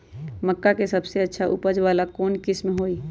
मक्का के सबसे अच्छा उपज वाला कौन किस्म होई?